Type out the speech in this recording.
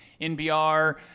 NBR